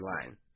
line